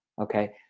okay